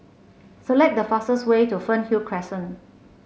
select the fastest way to Fernhill Crescent